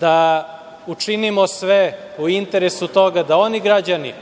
da učinimo sve u interesu toga da oni građani